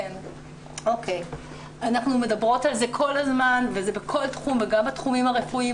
אנחנו מדברות על זה כל הזמן וזה בכל תחום וגם בתחומים הרפואיים,